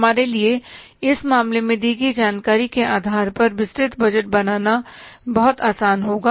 हमारे लिए इस मामले में दी गई जानकारी के आधार पर विस्तृत बजट बनाना बहुत आसान होगा